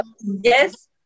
yes